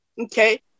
Okay